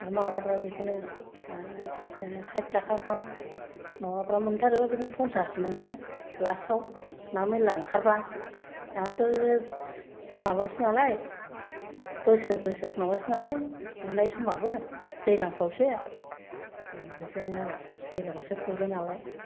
ना मावाफ्राबो बिदिनो साइति थाखा गाहाम मावाफ्रा मोनथारोबा बिदिनो पनसास मोनो लासाव ना मेरला ओंखारबा नायाथ' माबासो नालाय बोसोर बोसोर माबासो नालाय गुरनाय समाबो दैलांफ्रावसो बिदिनो आरो दैलांयावसो गुरो नालाय